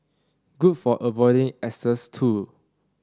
good for avoiding exes too